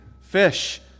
fish